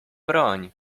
broń